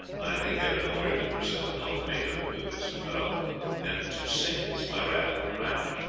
i may get an order to present an ultimatum to this fellow and to sink his piratical craft.